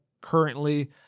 currently